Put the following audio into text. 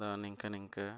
ᱫᱚ ᱱᱤᱝᱠᱟᱹ ᱱᱤᱝᱠᱟᱹ